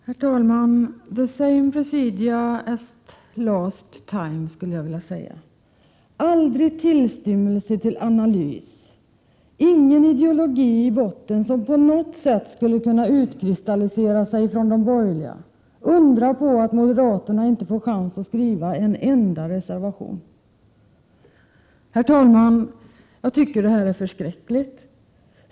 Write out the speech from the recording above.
Herr talman! ”The same procedure as last time”, skulle jag vilja säga — aldrig någon tillstymmelse till analys, inte någon ideologi i botten som på något sätt skulle kunna utkristallisera sig från de borgerligas. Undra på att moderaterna inte får chans att skriva en enda reservation! Herr talman! Jag tycker att detta är förskräckligt.